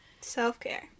Self-care